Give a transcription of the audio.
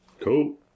Cool